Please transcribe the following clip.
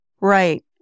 Right